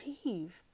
achieve